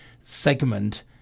segment